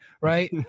right